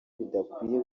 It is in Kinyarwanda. bidakwiye